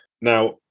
Now